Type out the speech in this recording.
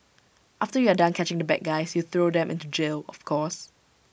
after you are done catching the bad guys you throw them into jail of course